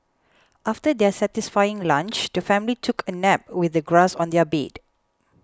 after their satisfying lunch the family took a nap with the grass on their bed